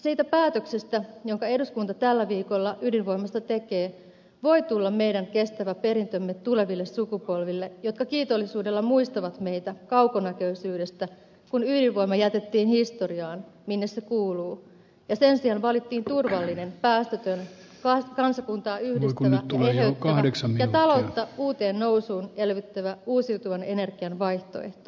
siitä päätöksestä jonka eduskunta tällä viikolla ydinvoimasta tekee voi tulla meidän kestävä perintömme tuleville sukupolville jotka kiitollisuudella muistavat meitä kaukonäköisyydestä kun ydinvoima jätettiin historiaan minne se kuuluu ja sen sijaan valittiin turvallinen päästötön kansakuntaa yhdistävä ja eheyttävä ja taloutta uuteen nousuun elvyttävä uusiutuvan energian vaihtoehto